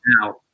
Now